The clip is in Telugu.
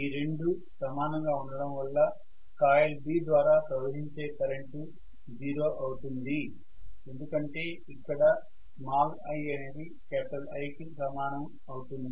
ఈ రెండూ సమానంగా ఉండడం వల్ల కాయిల్ B ద్వారా ప్రవహించే కరెంటు జీరో అవుతుంది ఎందుకంటే ఇక్కడ i అనేది I కి సమానం అవుతుంది